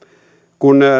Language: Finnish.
kun